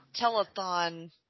telethon